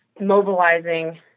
mobilizing